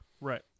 right